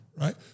right